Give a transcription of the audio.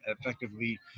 effectively